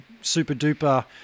super-duper